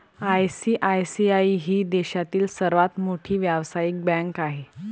ICICI ही देशातील सर्वात मोठी व्यावसायिक बँक आहे